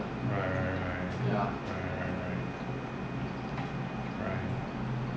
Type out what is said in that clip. right right right right